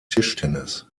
tischtennis